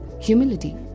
humility